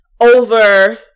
over